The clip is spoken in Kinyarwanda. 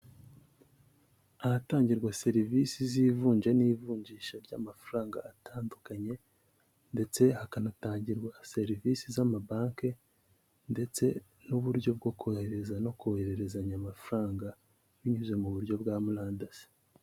Ahatangirwa serivisi z'ivunja n'ivunjisha ry'amafaranga atandukanye, ndetse hakanatangirwa serivisi z'ama Banke ndetse n'uburyo bwo korohereza no kohererezanya amafaranga, binyuze mu buryo bwa murandasi.